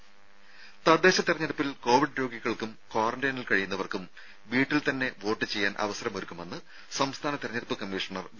രംഭ തദ്ദേശ തെരഞ്ഞെടുപ്പിൽ കോവിഡ് രോഗികൾക്കും ക്വാറന്റൈനിൽ കഴിയുന്നവർക്കും വീട്ടിൽ തന്നെ വോട്ട് ചെയ്യാൻ അവസരമൊരുക്കുമെന്ന് സംസ്ഥാന തെരഞ്ഞെടുപ്പ് കമ്മീഷണർ വി